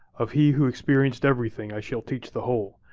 of he who experienced everything, i shall teach the whole.